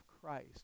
Christ